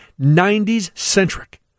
90s-centric